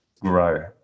grow